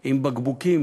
עם בקבוקים